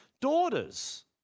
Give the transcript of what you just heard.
daughters